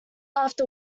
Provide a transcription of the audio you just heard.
after